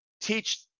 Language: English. teach